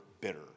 bitter